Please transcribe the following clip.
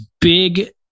big